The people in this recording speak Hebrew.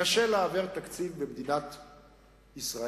קשה להעביר תקציב במדינת ישראל,